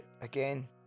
again